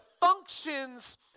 functions